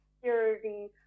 security